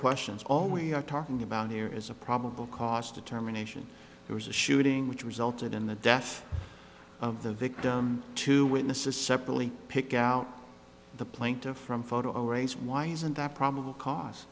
questions all we are talking about here is a probable cause determination it was a shooting which resulted in the death the victim to witnesses separately pick out the plaintiff from photo rights why isn't that probable cause